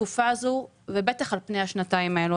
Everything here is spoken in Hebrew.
בתקופה הזאת, בטח על פני השנתיים האחרונות.